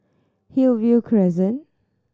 Hillview Crescent